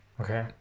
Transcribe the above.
okay